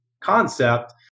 concept